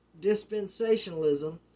dispensationalism